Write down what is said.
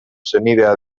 senidea